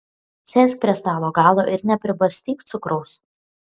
sėsk prie stalo galo ir nepribarstyk cukraus